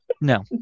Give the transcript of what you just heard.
No